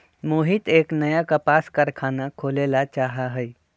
मोहित एक नया कपास कारख़ाना खोले ला चाहा हई